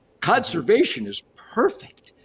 conservation is perfect.